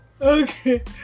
Okay